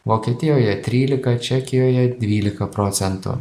vokietijoje trylika čekijoje dvylika procentų